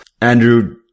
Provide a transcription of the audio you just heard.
Andrew